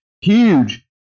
huge